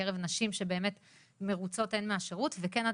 בקרב נשים שבאמת מרוצות הן מהשירות וכן,